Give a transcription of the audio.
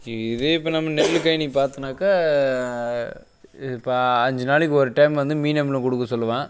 இதே இப்போ நம்ம நெல் கழனி பார்த்தோன்னாக்கா பா அஞ்சு நாளைக்கு ஒரு டைம் வந்து மீன் அமிலம் கொடுக்க சொல்லுவேன்